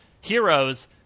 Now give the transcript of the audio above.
heroes